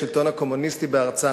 השלטון הקומוניסטי בארצם,